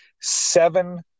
seven